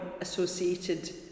associated